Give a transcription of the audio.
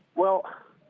well,